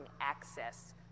access